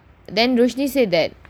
roshni said that she